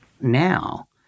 Now